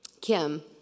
Kim